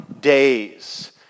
days